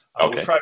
Okay